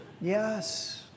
Yes